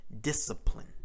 discipline